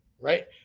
right